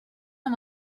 amb